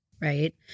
right